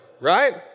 right